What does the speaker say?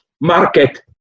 market